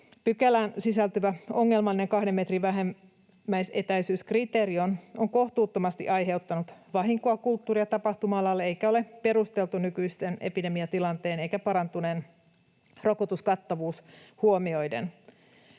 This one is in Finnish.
Pykälään sisältyvä ongelmallinen kahden metrin vähimmäisetäisyyskriteeri on kohtuuttomasti aiheuttanut vahinkoa kulttuuri- ja tapahtuma-alalle eikä ole perusteltu nykyinen epidemiatilanne ja parantunut rokotuskattavuus huomioiden.